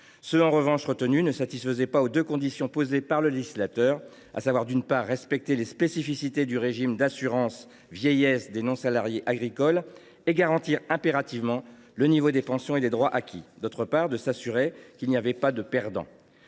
ont été retenus, ils ne satisfont pas aux deux conditions posées par le législateur : d’une part, respecter les spécificités du régime d’assurance vieillesse des non salariés agricoles et garantir impérativement le niveau des pensions et des droits acquis ; d’autre part, s’assurer qu’il n’y ait pas de perdants.